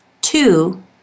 Two